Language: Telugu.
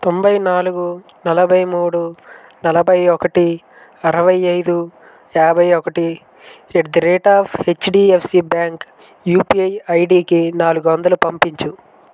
తొంభై నాలుగు నలభై మూడు నలభై ఒకటి అరవై ఐదు యాభై ఒకటి at the rate of HDFC bank UPI ఐడికి నాలుగు వందలు పంపించు